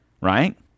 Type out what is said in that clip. right